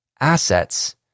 assets